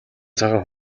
цагаан